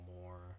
more